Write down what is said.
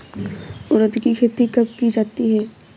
उड़द की खेती कब की जाती है?